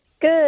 Good